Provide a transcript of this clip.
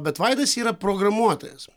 bet vaidas yra programuotojas